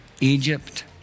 Egypt